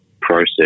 process